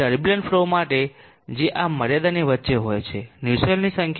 turbulent flow માટે જે આ મર્યાદાની વચ્ચે હોય છે નુસેલ્ટની સંખ્યા 0